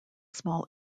small